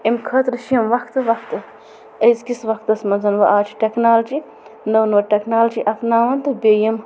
امہِ خٲطرٕ چھِ ییٚمہِ وقتہٕ وقتہٕ أزکِس وقتس منٛز ؤ آزٕ چھِ ٹیکنالوجی نٔو نٔو ٹیکنالوجی اپناوان تہٕ بیٚیہِ یِم